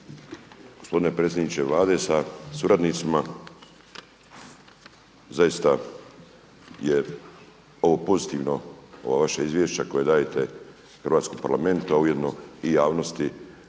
Gospodine predsjedniče Vlade sa suradnicima! Zaista je ovo pozitivno ovo vaše izvješće koje dajete hrvatskom Parlamentu a ujedno i javnosti